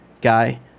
guy